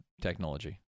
technology